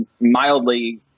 mildly –